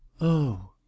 Oh